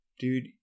Dude